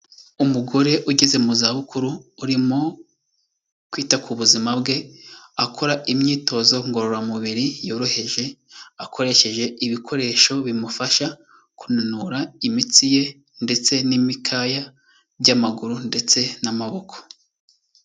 Umugore ugeze mu zabukuru, urimo kwita ku buzima bwe, akora imyitozo ngororamubiri yoroheje, akoresheje ibikoresho bimufasha, kunanura imitsi ye ndetse n'imikaya by'amaguru ndetse n'amaboko.